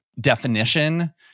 definition